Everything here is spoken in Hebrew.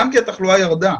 גם כי התחלואה ירדה,